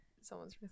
someone's